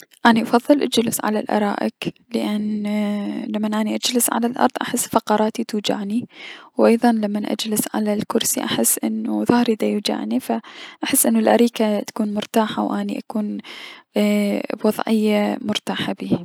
اني افضل الجلوس على الأرائك لأن لمن اني اجلس على الأرض احس فقراتي توجعني و ايضا لمن اجلس على الكرسي احس انو ضهري ديوجعني ف احس انو الأريكة تكون مرتاحة و اني ايي- بوضعية مرتاحة بيه.